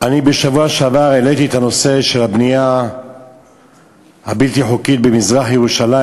בשבוע שעבר העליתי את הנושא של הבנייה הבלתי-חוקית במזרח-ירושלים,